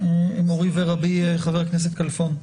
מורי ורבי חבר הכנסת כלפון?